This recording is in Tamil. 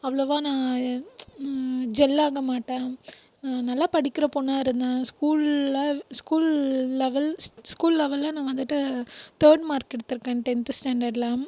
அவ்வளவா நான் ஜெல்லாக மாட்டேன் நல்ல படிக்கிற பெண்ணா இருந்தேன் ஸ்கூலில் ஸ்கூல் லெவெல் ஸ்கூல் லெவல் நான் வந்துட்டு தேர்ட் மார்க் எடுத்திருக்கேன் டென்த் ஸ்டாண்டர்டில்